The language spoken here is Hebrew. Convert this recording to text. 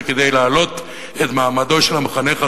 וכדי להעלות את מעמדו של המחנך,